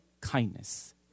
kindness